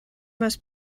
must